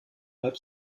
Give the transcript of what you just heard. halb